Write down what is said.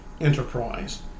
enterprise